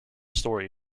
story